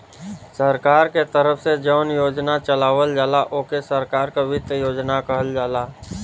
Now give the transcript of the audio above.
सरकार के तरफ से जौन योजना चलावल जाला ओके सरकार क वित्त योजना कहल जाला